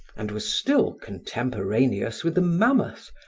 and was still contemporaneous with the mammoth,